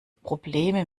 probleme